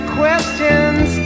questions